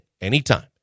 anytime